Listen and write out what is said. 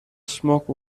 smoke